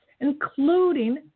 including